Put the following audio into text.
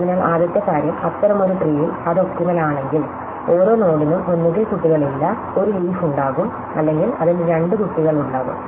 അതിനാൽ ആദ്യത്തെ കാര്യം അത്തരമൊരു ട്രീയിൽ അത് ഒപ്റ്റിമൽ ആണെങ്കിൽ ഓരോ നോഡിനും ഒന്നുകിൽ കുട്ടികളില്ല ഒരു ലീഫ് ഉണ്ടാകും അല്ലെങ്കിൽ അതിന് രണ്ട് കുട്ടികളുണ്ടാകും